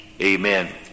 Amen